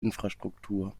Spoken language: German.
infrastruktur